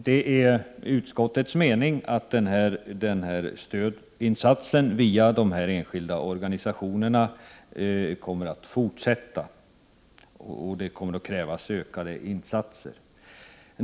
Det är utskottets mening att stödinsatsen via de enskilda organisationerna skall fortsätta och att det kommer att krävas ökade insatser.